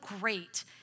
great